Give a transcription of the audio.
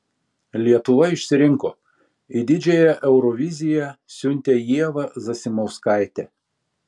lietuva išsirinko į didžiąją euroviziją siuntė ievą zasimauskaitę